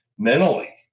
Mentally